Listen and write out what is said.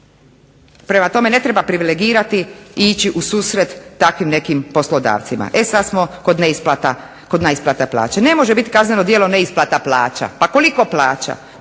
Prema tome, ne treba privilegirati i ići u susret takvim nekim poslodavcima. E sad smo kod neisplata plaća. Ne može biti kazneno djelo neisplata plaća. Pa koliko plaća?